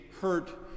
hurt